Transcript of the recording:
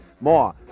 more